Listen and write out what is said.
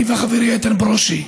אני וחברי איתן ברושי.